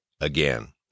again